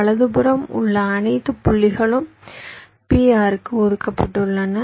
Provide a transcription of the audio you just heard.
வலப்புறம் உள்ள அனைத்து புள்ளிகளும் P R க்கு ஒதுக்கப்பட்டுள்ளன